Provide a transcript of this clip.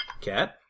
Cat